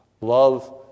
love